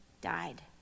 died